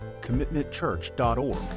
commitmentchurch.org